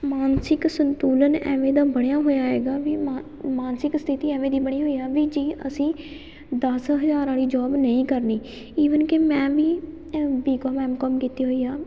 ਮਾਨਸਿਕ ਸੰਤੁਲਨ ਐਵੇਂ ਦਾ ਬਣਿਆ ਹੋਇਆ ਹੈਗਾ ਵੀ ਮਾ ਮਾਨਸਿਕ ਸਥਿਤੀ ਐਵੇਂ ਦੀ ਬਣੀ ਹੋਈ ਆ ਵੀ ਜੇ ਅਸੀਂ ਦਸ ਹਜ਼ਾਰ ਵਾਲੀ ਜੋਬ ਨਹੀਂ ਕਰਨੀ ਈਵਨ ਕਿ ਮੈਂ ਵੀ ਅ ਬੀਕੌਮ ਐੱਮਕੌਮ ਕੀਤੀ ਹੋਈ ਆ